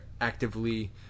actively